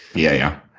yeah, yeah,